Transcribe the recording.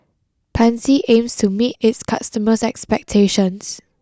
Pansy aims to meet its customers' expectations